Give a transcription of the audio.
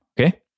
okay